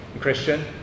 Christian